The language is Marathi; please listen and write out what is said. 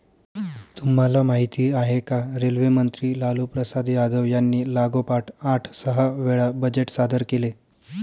तुम्हाला माहिती आहे का? रेल्वे मंत्री लालूप्रसाद यादव यांनी लागोपाठ आठ सहा वेळा बजेट सादर केले